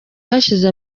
hashize